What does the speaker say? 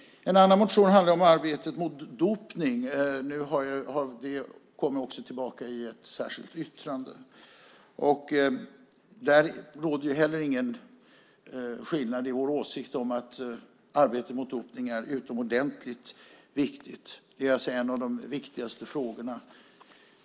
En annan motion handlar om arbetet mot dopning. Det återkommer i ett särskilt yttrande. Där råder heller ingen skillnad i åsikt: Arbetet mot dopning är utomordentligt viktigt. Det är en av de viktigaste frågorna.